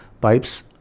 pipes